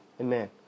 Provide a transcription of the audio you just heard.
Amen